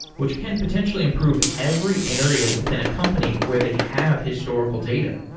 which can potentially improve every area within a company where they have historical data.